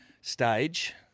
stage